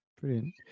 brilliant